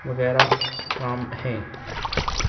وغیرہ کام ہیں